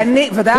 ודאי, ודאי.